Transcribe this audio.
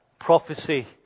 prophecy